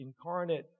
incarnate